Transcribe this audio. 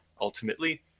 ultimately